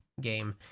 game